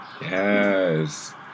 yes